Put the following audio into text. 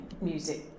music